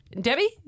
debbie